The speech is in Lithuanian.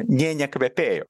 nė nekvepėjo